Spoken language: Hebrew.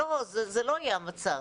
יהיה המצב.